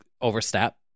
overstep